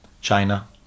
China